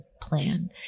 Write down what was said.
plan